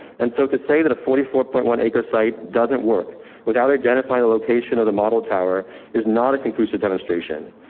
and so to say that a forty four point one acre site doesn't work without identifying the location of the model. tower is not a conclusive demonstration,